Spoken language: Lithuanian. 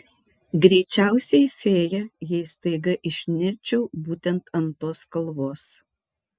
greičiausiai fėja jei staiga išnirčiau būtent ant tos kalvos